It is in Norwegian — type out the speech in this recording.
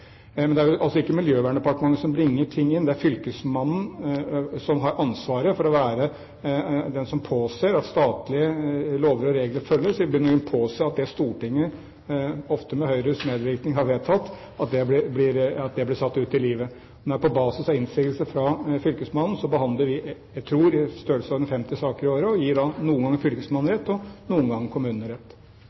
Men det er altså ikke Miljøverndepartementet som bringer saker inn. Det er fylkesmannen som har ansvaret for å påse at statlige lover og regler følges – i bunn og grunn påse at det Stortinget, ofte med Høyres medvirkning, har vedtatt, blir satt ut i livet. Men det skjer på basis av innsigelse fra fylkesmannen. Jeg tror vi behandler i størrelsesorden 50 saker i året, og vi gir da noen ganger fylkesmannen rett og noen ganger kommunene rett.